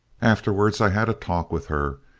afterwards i had a talk with her.